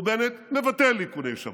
ובנט מבטל איכוני שב"כ,